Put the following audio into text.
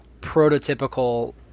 prototypical